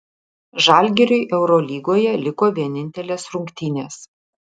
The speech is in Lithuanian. žalgiriui eurolygoje liko vienintelės rungtynės